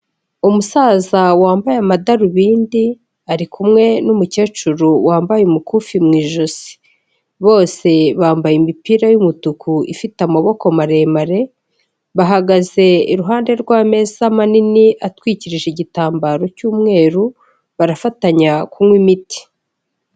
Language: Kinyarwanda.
Umusaza wambaye amadarubindi ari kumwe n'umukecuru wambaye umukufi mu ijosi. Bose bambaye imipira y'umutuku ifite amaboko maremare, bahagaze iruhande rw'ameza manini atwikirije igitambaro cy'umweru, barafatanya kunywa imiti.